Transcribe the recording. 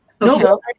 No